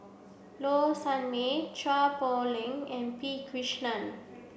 Low Sanmay Chua Poh Leng and P Krishnan